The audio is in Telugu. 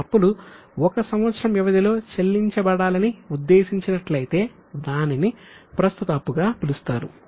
ఆ అప్పులు 1 సంవత్సరం వ్యవధిలో చెల్లించబడాలని ఉద్దేశించినట్లయితే దానిని ప్రస్తుత అప్పుగా పిలుస్తారు